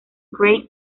craig